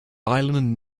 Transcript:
island